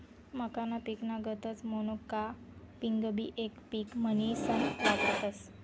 मक्काना पिकना गतच मोनोकापिंगबी येक पिक म्हनीसन वापरतस